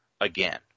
again